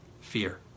fear